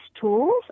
tools